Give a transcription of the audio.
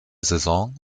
saison